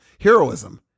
heroism